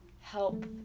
help